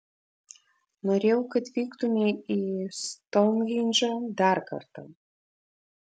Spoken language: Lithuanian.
norėjau kad vyktumei į stounhendžą dar kartą